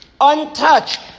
Untouched